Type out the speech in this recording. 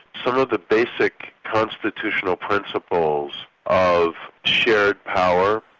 some of the basic constitutional principles of shared power,